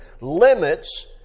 limits